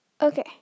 Okay